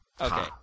Okay